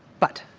but